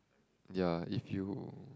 ya if you